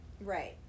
Right